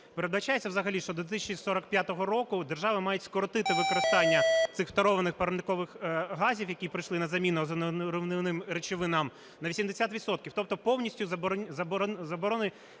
Передбачається взагалі, що до 2045 року держави мають скоротити використання цих фторованих парникових газів, які прийшли на заміну озоноруйнівним речовинам, на 80 відсотків, тобто повністю заборони